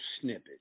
snippet